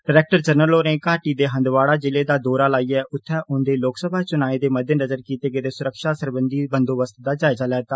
director general होरें घाटी दे हंदवाड़ा जिले दा दौरा लाइयै उत्थें औँदे लोकसभा चुनाएं दे मद्देनज़र कीते गेदे सुरक्षा सरबंधी बंदोबस्तें दा जायजा लैता